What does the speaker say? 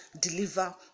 deliver